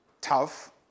tough